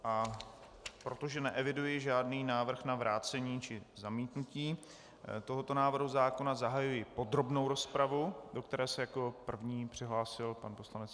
A protože neeviduji žádný návrh na vrácení či zamítnutí tohoto návrhu zákona, zahajuji podrobnou rozpravu, do které se jako první přihlásil pan poslanec Jeroným Tejc.